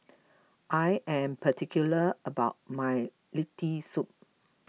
I am particular about my Lentil Soup